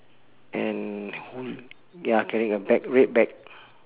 and ya carrying a bag red bag